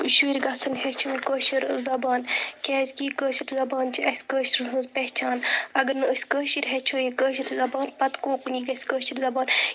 شُرۍ گژھَن ہیٚچھُن کٲشُر زَبان کیٛازکہِ یہِ کٲشِر زَبان چھِ اَسہِ کٲشرَن ہٕنٛز پہچان اَگر نہٕ أسۍ کٲشِرۍ ہیٚچھو یہِ کٲشٕر زَبان پَتہٕ کوکُنی گژھِ کٲشِر زَبان